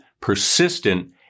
persistent